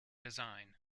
design